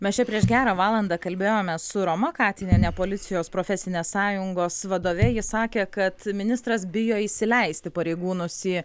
mes čia prieš gerą valandą kalbėjomės su roma katiniene policijos profesinės sąjungos vadove ji sakė kad ministras bijo įsileisti pareigūnus į